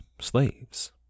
slaves